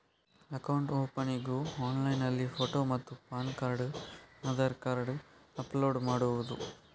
Account opening ಆನ್ಲೈನ್ನಲ್ಲಿ photo ಮತ್ತು PAN card Aadhaar card upload ಮಾಡುವುದು?